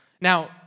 Now